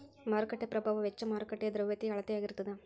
ಮಾರುಕಟ್ಟೆ ಪ್ರಭಾವ ವೆಚ್ಚ ಮಾರುಕಟ್ಟೆಯ ದ್ರವ್ಯತೆಯ ಅಳತೆಯಾಗಿರತದ